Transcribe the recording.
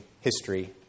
history